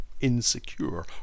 insecure